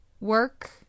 work